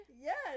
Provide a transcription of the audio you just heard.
yes